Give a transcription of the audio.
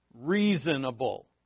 reasonable